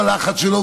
בלחץ שלו,